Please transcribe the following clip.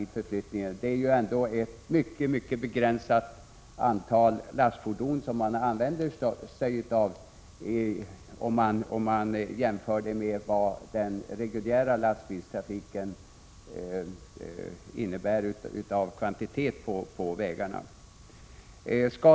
Det är ju ändå fråga om ett mycket begränsat antal lastfordon jämfört med den reguljära lastbilstrafiken på vägarna.